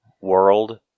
world